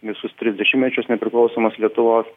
visus tris dešimtmečius nepriklausomos lietuvos